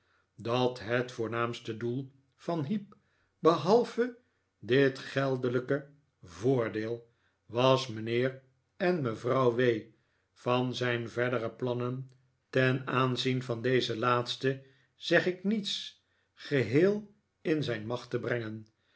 dat het voornaamste doel van heep behalve dit geldelijke voordeel was mijnheer en mejuffrouw w van zijn verdere plannen ten aanzien van deze laatste zeg ik niets geheel in zijn macht te brengen